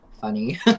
funny